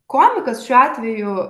komikas šiuo atveju